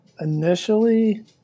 Initially